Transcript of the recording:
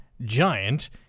giant